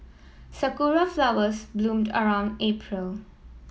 sakura flowers bloom around April